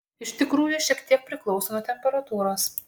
iš tikrųjų šiek tiek priklauso nuo temperatūros